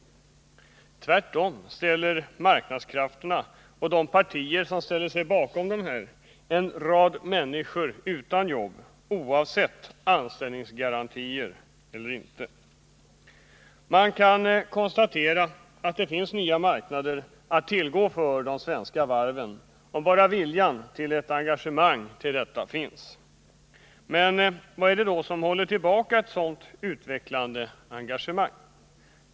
Tvärtom ställer marknadskrafterna och de partier som står bakom dessa en rad människor utan jobb, antingen det finns anställningsgarantier eller inte. Man kan konstatera att det finns nya marknader att tillgå för de svenska varven om bara viljan till ett engagemang för detta finns. Men vad är det då som håller tillbaka ett sådant utvecklande engagemang?